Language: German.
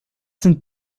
sind